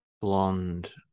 Blonde